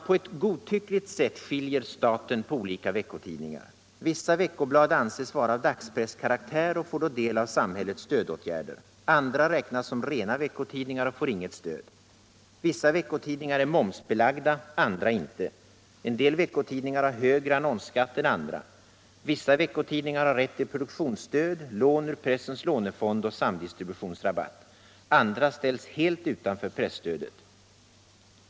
På ett godtyckligt sätt skiljer staten på olika veckotidningar. Vissa veckoblad anses vara ”av dagspresskaraktär” och får då del av samhällets stödåtgärder. Andra räknas som rena veckotidningar och får inget stöd. Vissa veckotidningar är momsbelagda, andra inte. En del veckotidningar har högre annonsskatt än andra. Vissa veckotidningar har rätt till produktionsstöd, lån ur pressens lånefond och samdistributionsrabatt. Andra ställs helt utanför presstödet.